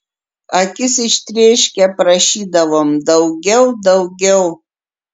akis ištrėškę prašydavom daugiau daugiau